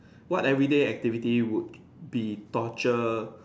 what everyday activity would be torture